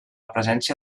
presència